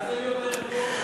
מאז היו יותר רפורמות,